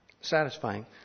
satisfying